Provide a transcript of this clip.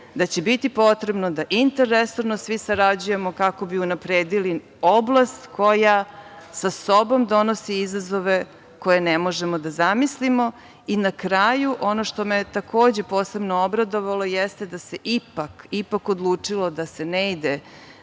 da će biti potrebno da interresorno svi sarađujemo kako bi unapredili oblast koja sa sobom donosi izazove koje ne možemo da zamislimo. Na kraju, ono što me je takođe posebno obradovalo jeste da se ipak odlučilo da se ne ide